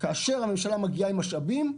כאשר הממשלה מגיעה עם משאבים,